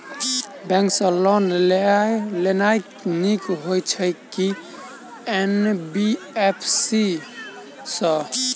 Bank सँ loan लेनाय नीक होइ छै आ की एन.बी.एफ.सी सँ?